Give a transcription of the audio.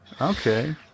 okay